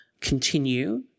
continue